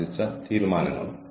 മറ്റ് വിഭവങ്ങൾ ഉണ്ട്